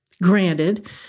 Granted